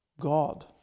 God